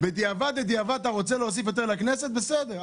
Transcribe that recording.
בדיעבד אתה רוצה להוסיף יותר לכנסת, בסדר.